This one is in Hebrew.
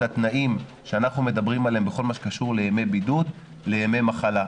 התנאים שאנחנו מדברים עליהם בכל מה שקשור לימי בידוד לימי מחלה.